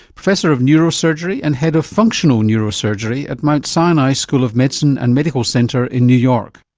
professor of neurosurgery and head of functional neurosurgery at mount sinai school of medicine and medical center in new york.